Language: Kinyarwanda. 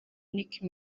nicki